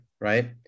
right